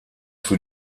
für